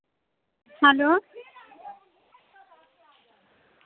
hello